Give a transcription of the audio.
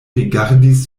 rigardis